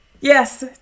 Yes